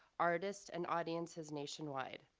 artists, and audiences nationwide.